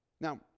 Now